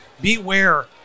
beware